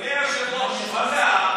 אדוני היושב-ראש, מה זה חוסר הנימוס הזה?